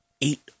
Eight